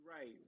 right